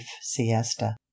siesta